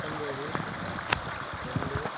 பத்தொன்போது ரெண்டு